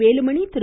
Velumani Thiru